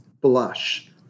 blush